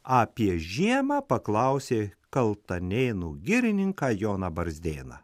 apie žiemą paklausė kaltanėnų girininką joną barzdėną